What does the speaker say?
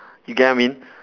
you get I mean